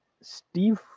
Steve